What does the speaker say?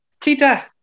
Tita